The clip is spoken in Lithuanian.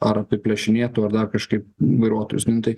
ar apiplėšinėtų ar dar kažkaip vairuotojus nu tai